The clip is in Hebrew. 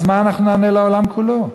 אז מה אנחנו נענה לעולם כולו?